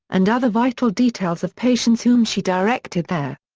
and other vital details of patients whom she directed there.